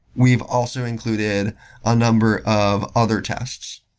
we've also included a number of other tests.